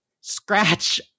scratch